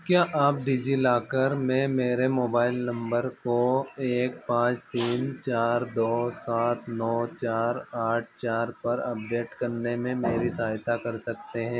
क्या आप डिजिलॉकर में मेरे मोबाइल नम्बर को एक पाँच तीन चार दो सात नौ चार आठ चार पर अपडेट करने में मेरी सहायता कर सकते हैं